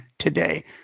today